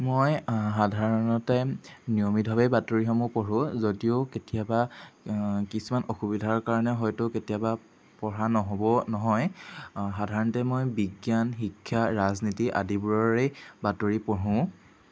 মই সাধাৰণতে নিয়মিতভাৱেই বাতৰিসমূহ পঢ়োঁ যদিও কেতিয়াবা কিছুমান অসুবিধাৰ কাৰণে হয়তো কেতিয়াবা পঢ়া নহ'ব নহয় সাধাৰণতে মই বিজ্ঞান শিক্ষা ৰাজনীতি আদিবোৰৰেই বাতৰি পঢ়োঁ